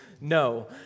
no